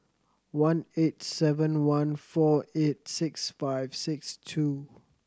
one eight seven one four eight six five six two